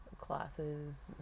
classes